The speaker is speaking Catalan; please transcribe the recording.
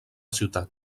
ciutat